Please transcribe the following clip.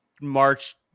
March